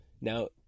Now